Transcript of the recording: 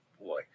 boy